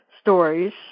stories